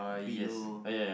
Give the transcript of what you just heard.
pillow